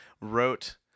wrote